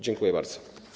Dziękuję bardzo.